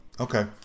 okay